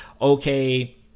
okay